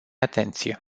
atenție